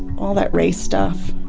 all that race stuff.